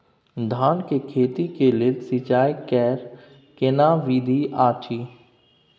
धान के खेती के लेल सिंचाई कैर केना विधी अछि?